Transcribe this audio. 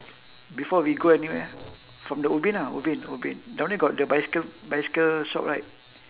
before we go anywhere from the ubin ah ubin ubin down there got the bicycle bicycle shop right